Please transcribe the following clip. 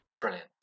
Brilliant